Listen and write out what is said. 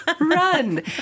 Run